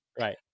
Right